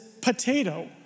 potato